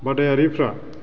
बादायारिफ्रा